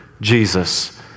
Jesus